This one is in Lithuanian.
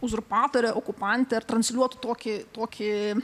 uzurpatorė okupantė ar transliuotų tokį tokį